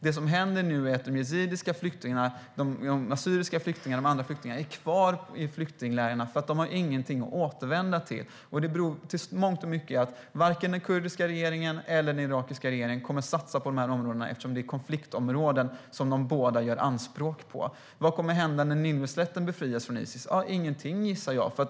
Det som nu händer är att de yazidiska flyktingarna, assyriska flyktingarna och de andra flyktingarna är kvar i flyktinglägren därför att de inte har någonting att återvända till. Det beror i mångt och mycket på att varken den kurdiska regeringen eller den irakiska regeringen kommer att satsa på dessa områden, eftersom det är konfliktområden som de båda gör anspråk på. Vad kommer att hända när Nineveslätten befrias från Isis? Ingenting, gissar jag.